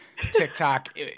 tiktok